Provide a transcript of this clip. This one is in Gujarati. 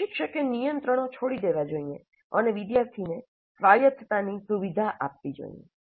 પ્રશિક્ષકે નિયંત્રણ છોડી દેવા જોઈએ અને વિદ્યાર્થી ને સ્વાયત્તતાની સુવિધા આપવી જોઈએ